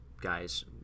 guys